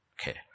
Okay